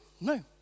No